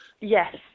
Yes